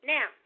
Now